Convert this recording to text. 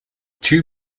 two